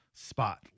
spot